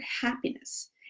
happiness